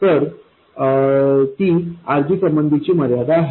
तर ती RG संबंधीची मर्यादा आहे